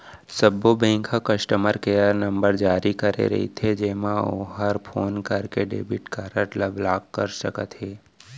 सब्बो बेंक ह customer care number जारी करे रथे जेमा ओहर फोन करके डेबिट कारड ल ब्लाक कर सकत हे